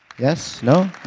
yes, no,